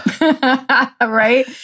Right